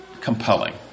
compelling